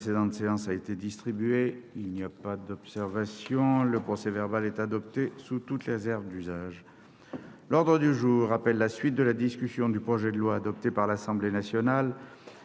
la précédente séance a été distribué. Il n'y a pas d'observation ?... Le procès-verbal est adopté sous les réserves d'usage. L'ordre du jour appelle la suite de la discussion du projet de loi, adopté par l'Assemblée nationale